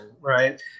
right